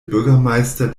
bürgermeister